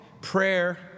prayer